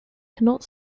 cannot